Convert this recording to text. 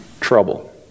trouble